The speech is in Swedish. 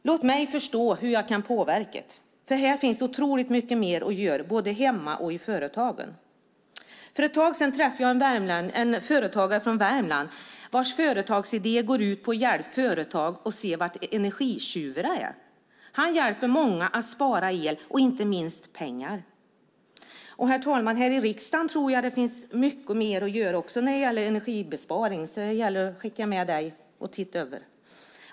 Låt mig förstå hur jag kan påverka! Här finns otroligt mycket mer att göra både hemma och i företagen. För ett tag sedan träffade jag en företagare från Värmland vars företagsidé går ut på att hjälpa företag att se var energitjuvarna är. Han hjälper många att spara el och inte minst pengar. Herr talman! Också här i riksdagen tror jag att det finns mycket mer att göra när det gäller energibesparing. Jag skickar med herr talmannen detta för att se över det.